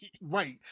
Right